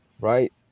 right